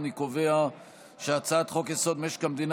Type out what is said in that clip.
אני קובע שהצעת חוק-יסוד: משק המדינה